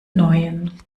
neuen